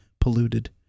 polluted